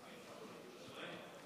שרן,